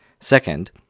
Second